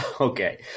Okay